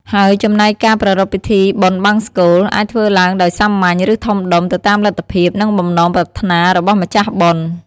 ហើយចំណែកការប្រារព្វពិធីបុណ្យបង្សុកូល អាចធ្វើឡើងដោយសាមញ្ញ ឬធំដុំ ទៅតាមលទ្ធភាព និងបំណងប្រាថ្នារបស់ម្ចាស់បុណ្យ។